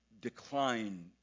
decline